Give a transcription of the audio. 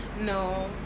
No